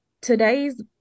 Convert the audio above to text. today's